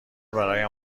برایم